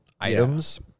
items